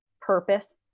purpose